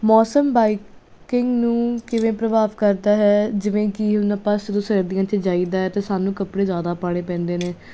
ਮੌਸਮ ਬਾਈਕਿੰਗ ਨੂੰ ਕਿਵੇਂ ਪ੍ਰਭਾਵ ਕਰਦਾ ਹੈ ਜਿਵੇਂ ਕਿ ਹੁਣ ਆਪਾਂ ਜਦੋਂ ਸਰਦੀਆਂ 'ਚ ਜਾਈਦਾ ਅਤੇ ਸਾਨੂੰ ਕੱਪੜੇ ਜ਼ਿਆਦਾ ਪਾਉਣੇ ਪੈਂਦੇ ਨੇ